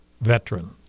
veteran